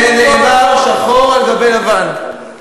ונאמר, שחור על גבי לבן.